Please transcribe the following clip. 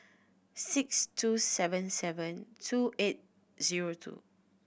six two seven seven two eight zero two